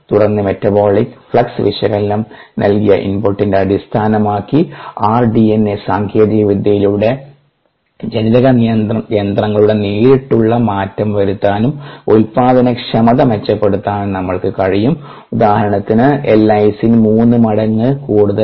തുടർന്ന് metabolic flux വിശകലനം നൽകിയ ഇൻപുട്ടിനെ അടിസ്ഥാനമാക്കി ആർഡിഎൻഎ സാങ്കേതികവിദ്യയിലൂടെ ജനിതക യന്ത്രങ്ങളുടെ നേരിട്ടുള്ള മാറ്റം വരുത്താനും ഉൽപാദനക്ഷമത മെച്ചപ്പെടുത്താനും നമ്മൾക്ക് കഴിയും ഉദാഹരണത്തിന് എൽ ലൈസിൻ 3 മടങ്ങ് കൂടുതൽ